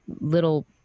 little